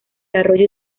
arroyo